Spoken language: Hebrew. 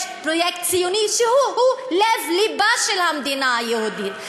יש פרויקט ציוני שהוא הוא לב-לבה של המדינה היהודית.